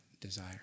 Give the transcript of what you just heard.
desire